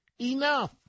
Enough